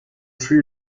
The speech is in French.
fui